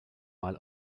mal